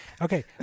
Okay